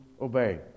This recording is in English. obey